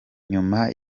nyuma